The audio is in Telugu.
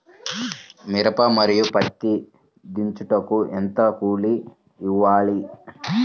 మిర్చి మరియు పత్తి దించుటకు ఎంత కూలి ఇవ్వాలి?